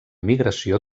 migració